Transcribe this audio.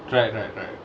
right right right